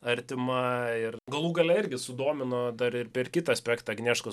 artima ir galų gale irgi sudomino dar ir per kitą aspektą agnieškos